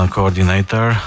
Coordinator